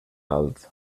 alt